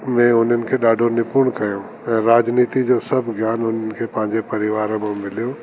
में उन्हनि खे ॾाढो निपुण कयो ऐं राजनीति जा सभु ज्ञान उन्हनि खे पंहिंजे परिवार मां मिलियो